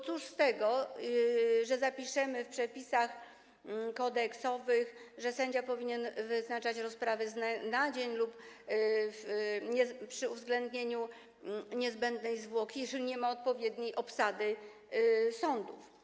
Cóż z tego, że zapiszemy w przepisach kodeksowych, że sędzia powinien wyznaczać rozprawy z dnia na dzień lub przy uwzględnieniu niezbędnej zwłoki, jeżeli nie ma odpowiedniej obsady sądów?